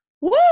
Woo